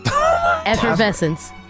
Effervescence